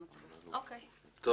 בסדר.